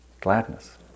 gladness